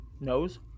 nose